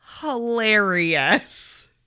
hilarious